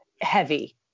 heavy